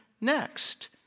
next